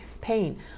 pain